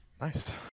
Nice